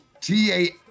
T-A